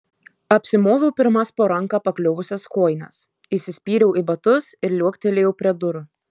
apsimoviau pirmas po ranka pakliuvusias kojines įsispyriau į batus ir liuoktelėjau prie durų